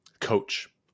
Coach